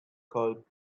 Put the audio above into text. called